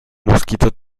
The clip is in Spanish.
mosquito